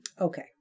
Okay